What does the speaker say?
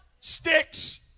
sticks